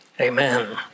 Amen